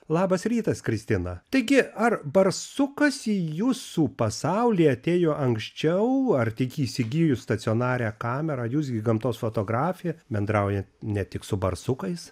labas rytas kristina taigi ar barsukas į jūsų pasaulį atėjo anksčiau ar tik įsigijus stacionarią kamerą jūs gi gamtos fotografė bendraujat ne tik su barsukais